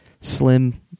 Slim